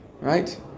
Right